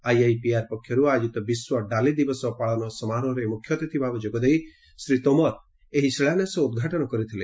IIPR ପକ୍ଷରୁ ଆୟୋଜିତ ବିଶ୍ୱ ଡାଲି ଦିବସ ପାଳନ ସମାରୋହରେ ମୁଖ୍ୟ ଅତିଥି ଭାବେ ଯୋଗଦେଇ ଶ୍ରୀ ତୋମର ଏହି ଶିଳାନ୍ୟାସ ଓ ଉଦ୍ଘାଟନ କରିଥିଲେ